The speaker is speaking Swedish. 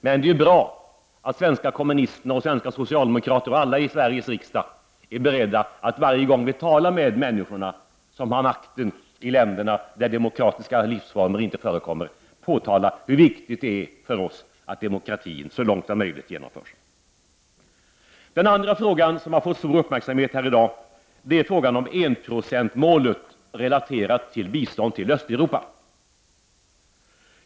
Men det är ju bra att svenska kommunister, svenska socialdemokrater och alla andra i Sveriges riksdag är beredda att varje gång man talar med dem som har makten i de länder där demokratiska livsformer inte förekommer påtala hur viktigt det är för oss att demokratin genomförs så långt som möjligt. Den andra frågan, som har fått stor uppmärksamhet här i dag är frågan om enprocentsmålet, relaterat till bistånd till Östeuropa.